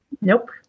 Nope